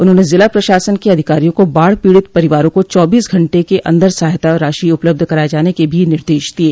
उन्होंने जिला प्रशासन के अधिकारियों को बाढ़ पीड़ित परिवारों को चौबीस घंटे के अन्दर सहायता राशि उपलब्ध कराये जाने के भी निर्देश दिये